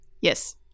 Yes